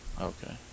Okay